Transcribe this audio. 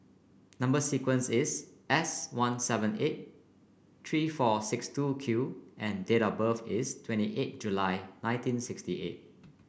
number sequence is S one seven eight three four six two Q and date of birth is twenty eight July nineteen sixty eight